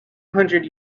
hundred